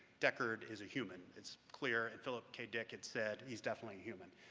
deckard is a human, it's clear, and philip k. dick had said he's definitely human.